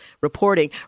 reporting